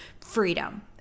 freedom